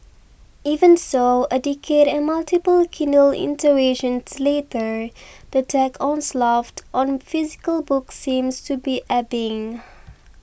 even so a decade and multiple Kindle iterations later the tech onslaught on physical books seems to be ebbing